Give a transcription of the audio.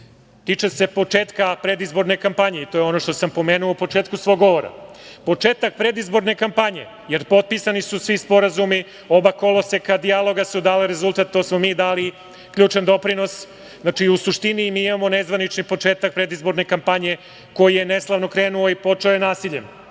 tiče se početka predizborne kampanje, to je ono što sam pomenuo na početku svog govora, početak predizborne kampanje, jer potpisani su svi sporazumi, oba koloseka dijaloga su dali rezultat, tu smo mi dali ključan doprinos, znači, u suštini, mi imamo nezvaničan početak predizborne kampanje koji je neslavni krenuo i počeo je nasiljem. Dakle,